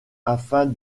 afin